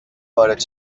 وارد